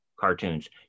cartoons